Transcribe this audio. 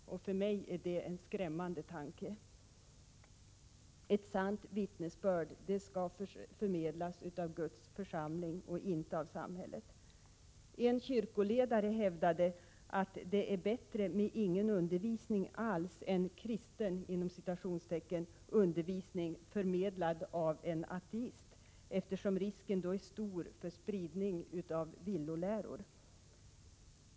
För mig är detta en skrämmande tanke. Ett sant vittnesbörd skall förmedlas av Guds församling och inte av samhället. En kyrkoledare hävdade att det är bättre med ingen undervisning alls än ”kristen” undervisning, förmedlad av en ateist, eftersom risken då är stor för spridning av villoläror.